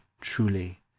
truly